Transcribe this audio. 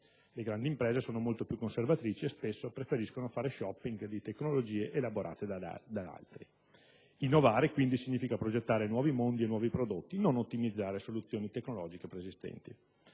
Le grandi imprese sono molto più conservatrici e spesso preferiscono fare *shopping* di tecnologie elaborate da altri. Innovare significa quindi progettare nuovi mondi e nuovi prodotti, non ottimizzare soluzioni tecnologiche preesistenti.